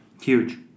Huge